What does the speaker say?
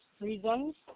reasons